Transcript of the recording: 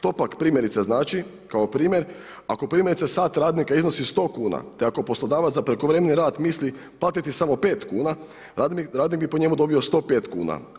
To pak primjerice znači kao primjer, ako primjerice sat radnika iznosi 100 kn te ako poslodavac za prekovremeni rad mislim platiti samo 5 kn, radnik bi po njemu dobio 105 kn.